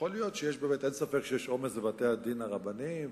אין ספק שיש עומס בבתי-הדין הרבניים,